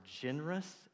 generous